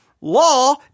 law